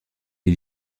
les